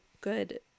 good